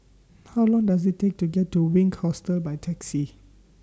How Long Does IT Take to get to Wink Hostel By Taxi